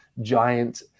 giant